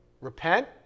Repent